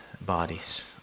bodies